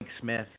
Smith